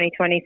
2020